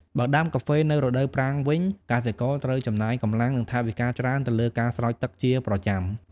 បើដាំកាហ្វេ នៅរដូវប្រាំងវិញ កសិករត្រូវចំណាយកម្លាំង និងថវិកាច្រើនទៅលើការស្រោចទឹកជាប្រចាំ។